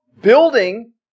building